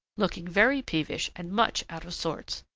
looking very peevish and much out of sorts.